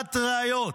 והעלמת ראיות".